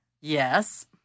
Yes